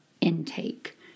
intake